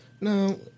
No